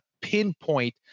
pinpoint